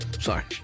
Sorry